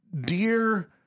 dear